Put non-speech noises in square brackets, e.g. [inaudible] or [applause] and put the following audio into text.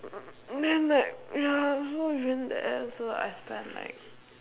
[noise] then like ya I also spend there so I spend like